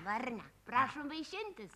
varne prašom vaišintis